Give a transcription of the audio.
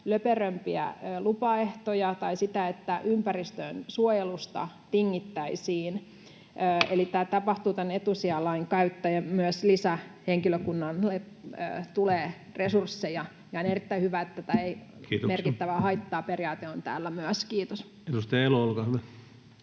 löperömpiä lupaehtoja tai sitä, että ympäristönsuojelusta tingittäisiin. Eli tämä tapahtuu tämän etusijalain kautta ja myös lisähenkilökunnalle tulee resursseja, ja on erittäin hyvä, että tämä ei merkittävää haittaa ‑periaate on täällä myös. — Kiitos. [Speech 43] Speaker: